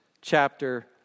chapter